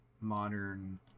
modern